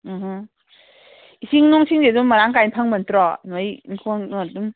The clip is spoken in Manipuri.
ꯎꯝ ꯎꯝ ꯏꯁꯤꯡ ꯅꯨꯡꯁꯤꯡꯗꯤ ꯑꯗꯨꯝ ꯃꯔꯥꯡ ꯀꯥꯏꯅ ꯐꯪꯕ ꯅꯠꯇ꯭ꯔꯣ ꯅꯣꯏꯒꯤ ꯏꯪꯡꯈꯣꯜ ꯀꯩꯅꯣ ꯑꯗꯨꯝ